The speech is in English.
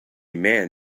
man